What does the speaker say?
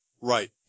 Right